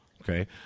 okay